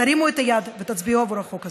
תרימו את היד ותצביעו עבור החוק הזה.